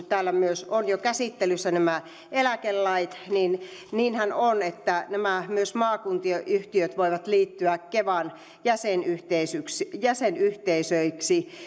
täällä ovat jo käsittelyssä myös nämä eläkelait ja niinhän on että myös nämä maakuntien yhtiöt voivat liittyä kevan jäsenyhteisöiksi jäsenyhteisöiksi